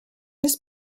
this